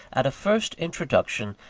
at a first introduction,